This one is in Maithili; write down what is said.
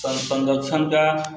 संरक्षण कऽ